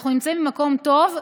אנחנו נמצאים במקום טוב.